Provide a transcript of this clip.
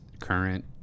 current